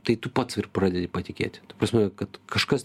tai tu pats pradedi patikėti ta prasme kad kažkas